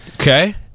Okay